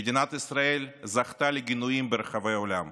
מדינת ישראל זכתה לגינויים ברחבי העולם: